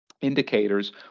indicators